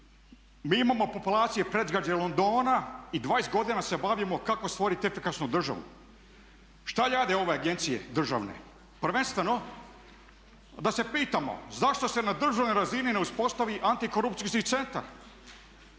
Mi imao populacije predgrađe Londona i 20 godina se bavimo kako stvoriti efikasnu državu? Šta rade ove agencije državne? Prvenstveno da se pitamo zašto se na državnoj razini ne uspostavi antikorupcijski centar?